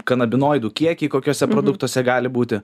kanabinoidų kiekiai kokiuose produktuose gali būti